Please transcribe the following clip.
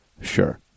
Sure